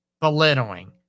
belittling